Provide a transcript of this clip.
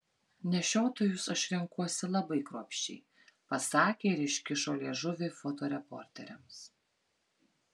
nešiotojus aš renkuosi labai kruopščiai pasakė ir iškišo liežuvį fotoreporteriams